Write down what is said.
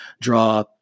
draw